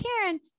Karen